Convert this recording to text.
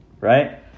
Right